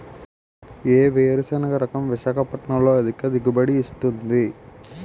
ఏ వేరుసెనగ రకం విశాఖపట్నం లో అధిక దిగుబడి ఇస్తుంది?